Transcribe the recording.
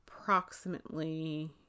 approximately